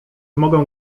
mogę